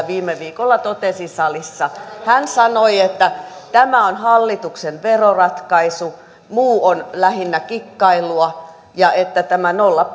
viime viikolla totesi täällä salissa hän sanoi että tämä on hallituksen veroratkaisu muu on lähinnä kikkailua ja että tämä nolla